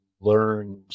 learned